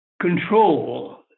Control